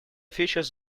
features